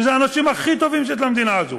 שאלה האנשים הכי טובים שיש למדינה הזו.